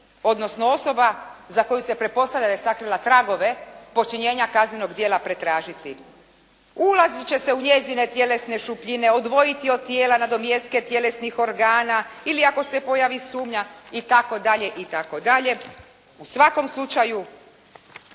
odnosno osoba za koju se pretpostavlja da je sakrila tragove počinjenja kaznenog djela pretražiti. Ulaziti će se u njezine tjelesne šupljine, odvojiti od tijela nadomjeske tjelesnih organa ili ako se pojavi sumnja itd. itd. U svakom slučaju